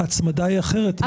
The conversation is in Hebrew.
ההצמדה היא אחרת.